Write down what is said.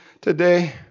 today